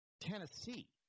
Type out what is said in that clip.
Tennessee